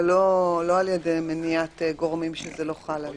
אבל לא על ידי מניעת גורמים שזה לא חל עליהם.